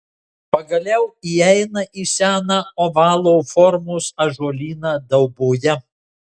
pagaliau įeina į seną ovalo formos ąžuolyną dauboje